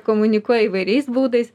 komunikuoja įvairiais būdais